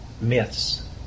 myths